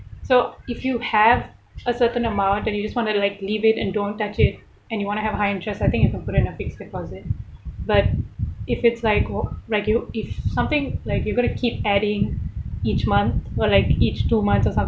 so if you have a certain amount and you just want to like leave it and don't touch it and you want to have high interest I think you can put in a fixed deposit but if it's like or regu~ if something like you're going to keep adding each month or like each two months or some~